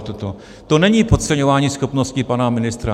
To není podceňování schopností pana ministra.